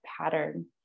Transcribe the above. pattern